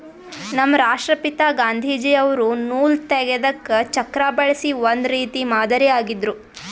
ನಮ್ ರಾಷ್ಟ್ರಪಿತಾ ಗಾಂಧೀಜಿ ಅವ್ರು ನೂಲ್ ತೆಗೆದಕ್ ಚಕ್ರಾ ಬಳಸಿ ಒಂದ್ ರೀತಿ ಮಾದರಿ ಆಗಿದ್ರು